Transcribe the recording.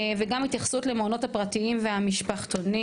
וגם התייחסות למעונות הפרטיים והמשפחתונים.